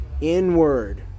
inward